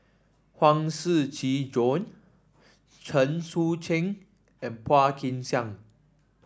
Huang Shiqi Joan Chen Sucheng and Phua Kin Siang